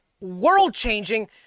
world-changing